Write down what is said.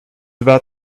about